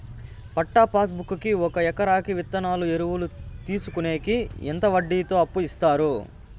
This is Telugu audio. పట్టా పాస్ బుక్ కి ఒక ఎకరాకి విత్తనాలు, ఎరువులు తీసుకొనేకి ఎంత వడ్డీతో అప్పు ఇస్తారు?